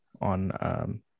on